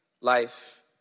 life